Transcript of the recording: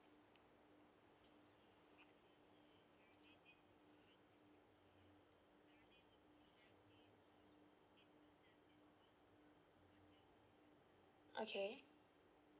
okay